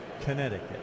Connecticut